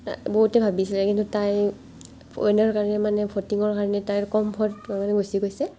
বহুতে ভাবিছিলে কিন্তু তায়ো ৱিনাৰৰ কাৰণে মানে ভৰ্তি হ'বৰ কাৰণে মানে কম ভোট মানে গুচি গৈছে